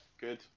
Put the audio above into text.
good